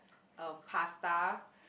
um pasta